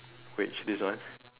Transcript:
which this one